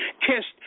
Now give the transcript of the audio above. kissed